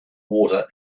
water